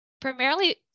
primarily